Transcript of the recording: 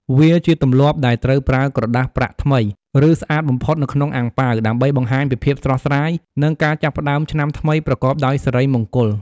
វាជាទម្លាប់ដែលត្រូវប្រើក្រដាសប្រាក់ថ្មី ឬស្អាតបំផុតនៅក្នុងអាំងប៉ាវ ដើម្បីបង្ហាញពីភាពស្រស់ស្រាយ និងការចាប់ផ្ដើមឆ្នាំថ្មីប្រកបដោយសិរីមង្គល។